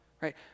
right